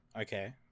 okay